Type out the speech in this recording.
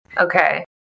Okay